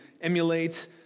emulate